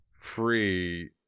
free